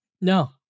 no